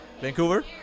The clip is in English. Vancouver